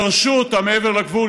גרשו אותה אל מעבר לגבול,